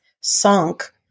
sunk